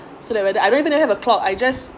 so like whether I don't even have a clock I just